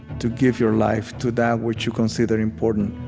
to give your life to that which you consider important.